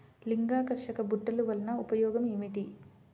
లింగాకర్షక బుట్టలు వలన ఉపయోగం ఏమిటి?